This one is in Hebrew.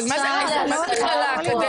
אבל מה זה מכללה אקדמית?